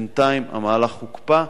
בינתיים המהלך הוקפא.